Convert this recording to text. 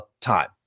time